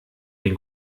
den